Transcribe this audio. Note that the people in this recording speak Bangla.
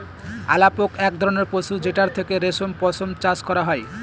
আলাপক এক ধরনের পশু যেটার থেকে রেশম পশম চাষ করা হয়